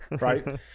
right